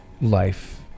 life